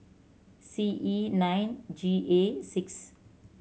C E nine G A six